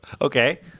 Okay